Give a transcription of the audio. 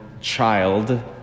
child